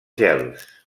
gels